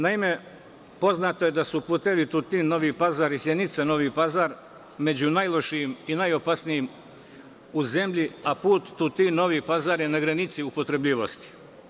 Naime, poznato da su putevi Tunin-Novi Pazar i Sjenica-Novi Pazar među najlošijim i najopasnijim u zemlji, a put Tutin-Novi Pazar je na granici upotrebljivosti.